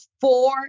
four